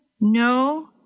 No